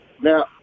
Now